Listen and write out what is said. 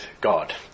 God